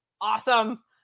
awesome